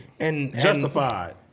Justified